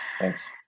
thanks